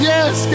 Yes